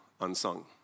unsung